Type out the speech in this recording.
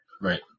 Right